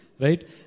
Right